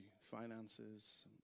finances